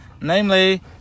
Namely